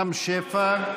רם שפע.